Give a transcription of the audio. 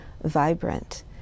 vibrant